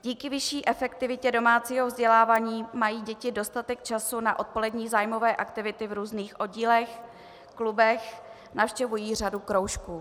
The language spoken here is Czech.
Díky vyšší efektivitě domácího vzdělávání mají děti dostatek času na odpolední zájmové aktivity v různých oddílech, klubech, navštěvují řadu kroužků.